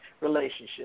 relationship